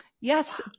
Yes